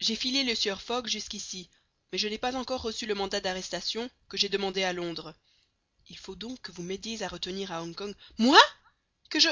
j'ai filé le sieur fogg jusqu'ici mais je n'ai pas encore reçu le mandat d'arrestation que j'ai demandé à londres il faut donc que vous m'aidiez à retenir à hong kong moi que je